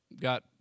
got